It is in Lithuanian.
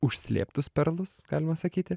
užslėptus perlus galima sakyti